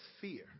fear